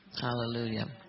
Hallelujah